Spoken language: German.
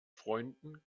freunden